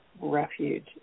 refuge